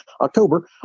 October